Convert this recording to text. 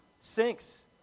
sinks